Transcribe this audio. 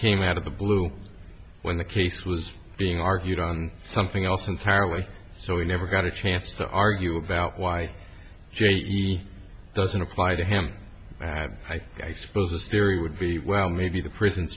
came out of the blue when the case was being argued on something else entirely so he never got a chance to argue about why he doesn't apply to him had i suppose this theory would be well maybe the prison